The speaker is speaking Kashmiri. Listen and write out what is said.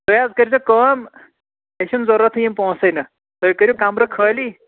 تُہۍ حظ کٔرۍزیٚو کٲم مےٚ چھِنہٕ ضروٗرتھٕے یِم پۅنٛسٕے نہٕ تُہۍ کٔرِو کَمرٕ خٲلی